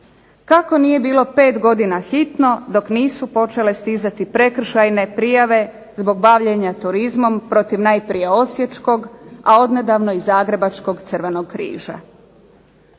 Kako nije bilo pet godina hitno dok nisu počele stizati prekršajne prijave zbog bavljenja turizmom protiv najprije Osječkog, a odnedavno i Zagrebačkog crvenog križa.